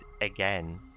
again